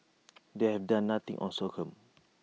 they've done nothing on sorghum